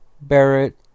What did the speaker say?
Barrett